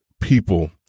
people